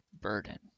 Burden